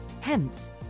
Hence